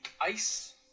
ice